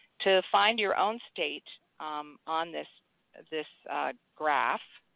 to find your own state on this this graph